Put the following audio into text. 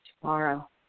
Tomorrow